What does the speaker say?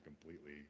completely